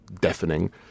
deafening